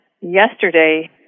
yesterday